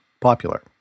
popular